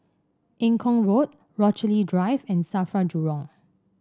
Eng Kong Road Rochalie Drive and Safra Jurong